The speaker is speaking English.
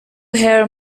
her